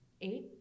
eight